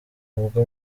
ubwo